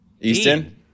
Easton